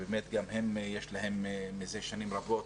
שבאמת גם הם מזה שנים רבות